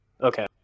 Okay